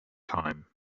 time